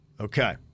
okay